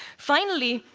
finally,